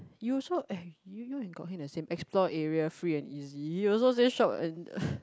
you also eh you and Kok Heng is the same explore area free and easy you also say short and